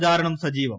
പ്രചാരണം സജീവം